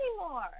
anymore